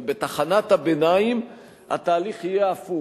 אבל בתחנת הביניים התהליך יהיה הפוך: